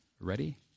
Ready